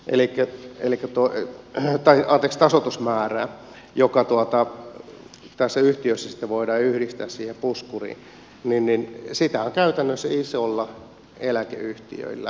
elikkä eli satoi tai oitis tasoitusmäärää joka tässä yhtiössä voidaan sitten yhdistää siihen puskuriin niin sitä on käytännössä isoilla eläkeyhtiöillä